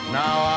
now